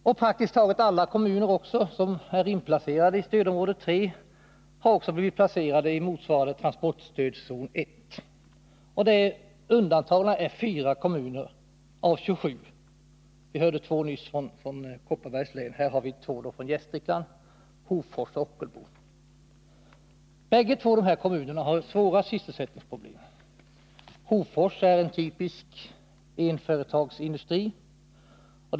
Praktiskt taget alla kommuner som är inplacerade i stödområde 3 har också blivit placerade i motsvarande transportstödszon 1. Undantagna är fyra kommuner av 27. Vi hörde nyss talas om två från Kopparbergs län, och här har vi två från Gästrikland, Hofors och Ockelbo. Båda dessa kommuner har svåra sysselsättningsproblem. Hofors är en typisk enindustrikommun.